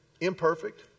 Imperfect